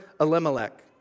Elimelech